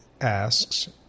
asks